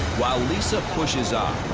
while lisa pushes on.